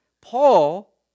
Paul